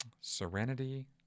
Serenity